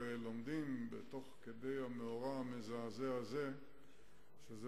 תוך כדי המאורע המזעזע הזה אנחנו לומדים שזאת